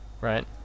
right